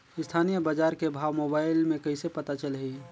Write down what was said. स्थानीय बजार के भाव मोबाइल मे कइसे पता चलही?